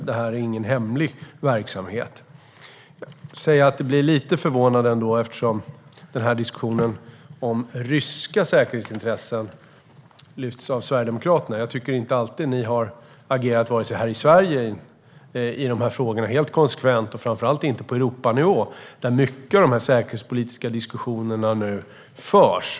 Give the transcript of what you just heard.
Det är ingen hemlig verksamhet. Jag blir ändå lite förvånad att diskussionen om ryska säkerhetsintressen lyfts upp av Sverigedemokraterna. Ni har inte alltid agerat helt konsekvent i de här frågorna i Sverige och framför allt inte på Europanivå där mycket av dessa säkerhetspolitiska diskussioner nu förs.